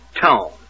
Tone